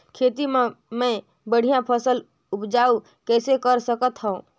खेती म मै बढ़िया फसल उपजाऊ कइसे कर सकत थव?